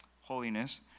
Holiness